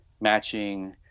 matching